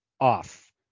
off